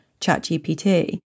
ChatGPT